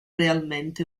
realmente